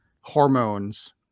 hormones